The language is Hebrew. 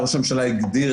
ראש הממשלה הגדיר